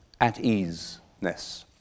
at-ease-ness